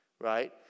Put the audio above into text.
right